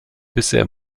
bisher